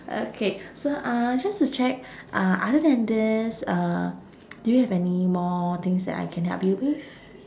okay so uh just to check uh other than this uh do you have any more things that I can help you with